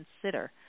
consider